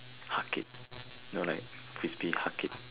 huck it you know like Frisbee huck it